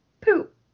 poop